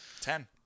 Ten